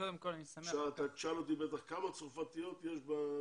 קודם כל אני שמח --- אתה בטח תשאל אותי כמה צרפתיות יש בזה?